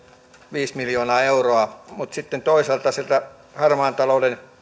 viisi miljoonaa euroa mutta sitten toisaalta kun sieltä harmaan talouden